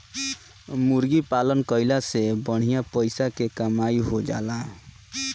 मुर्गी पालन कईला से बढ़िया पइसा के कमाई हो जाएला